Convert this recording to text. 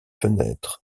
fenêtres